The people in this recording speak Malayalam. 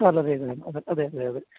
നാല് പേര് അതേയതേയതെ